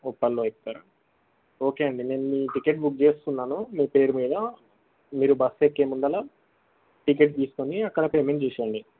ఉప్పల్లో ఎక్కుతారా ఓకే అండి నేను మీ టిక్కెట్ బుక్ చేస్తున్నాను మీ పేరు మీద మీరు బస్సు ఎక్కే ముందు టిక్కెట్ తీసుకొని అక్కడ పేమెంట్ చేసేయండి